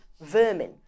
vermin